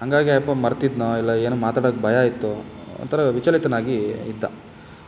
ಹಾಗಾಗಿ ಆ ಅಪ್ಪ ಮರ್ತಿದ್ದನೋ ಇಲ್ಲ ಏನು ಮಾತಾಡಕ್ಕೂ ಭಯ ಇತ್ತೋ ಒಂಥರ ವಿಚಲಿತನಾಗಿ ಇದ್ದ